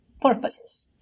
purposes